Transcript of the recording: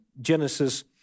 Genesis